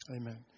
Amen